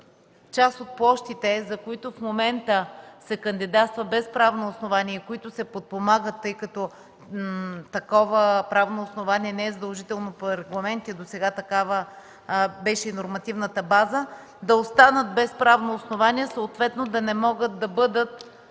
част от площите, за които в момента се кандидатства без правно основание и които се подпомагат, тъй като такова правно основание не е задължително по регламент, досега такава беше и нормативната база, да останат без правно основание, съответно да не могат да бъдат